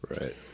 right